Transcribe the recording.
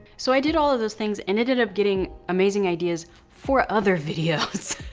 so, i did all of those things and ended up getting amazing ideas for other videos